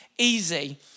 easy